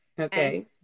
Okay